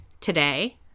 today